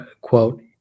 quote